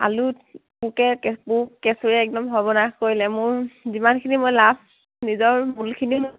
আলুত পোকে পোক কেঁচুৱে একদম সৰ্বনাশ কৰিলে মোৰ যিমানখিনি মই লাভ নিজৰ মুলখিনিও